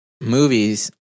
movies